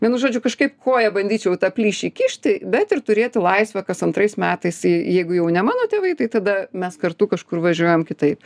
vienu žodžiu kažkaip koja bandyčiau į tą plyšį įkišti bet ir turėti laisvę kas antrais metais jei jeigu jau ne mano tėvai tai tada mes kartu kažkur važiuojam kitaip